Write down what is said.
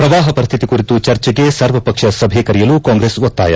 ಪ್ರವಾಹ ಪರಿಸ್ಥಿತಿ ಕುರಿತು ಚರ್ಚೆಗೆ ಸರ್ವ ಪಕ್ಷ ಸಭೆ ಕರೆಯಲು ಕಾಂಗ್ರೆಸ್ ಒತ್ತಾಯ